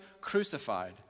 crucified